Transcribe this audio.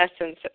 essence